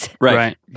right